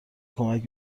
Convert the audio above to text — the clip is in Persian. کمک